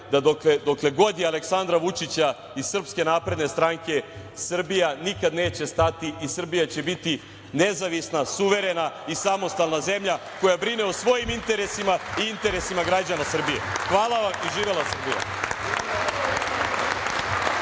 da dokle god je Aleksandra Vučića i SNS Srbija nikada neće stati i Srbija će biti nezavisna, suverena i samostalna zemlja koja brine o svojim interesima i interesima građana Srbije. Hvala vam i živela Srbija.